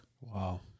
Wow